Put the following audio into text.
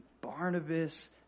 Barnabas